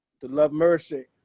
to love mercy.